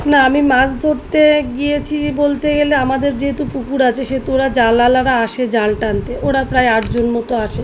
না আমি মাছ ধরতে গিয়েছি বলতে গেলে আমাদের যেহেতু পুকুর আছে সেহেতু ওরা জালআলারা আসে জাল টানতে ওরা প্রায় আটজন মতো আসে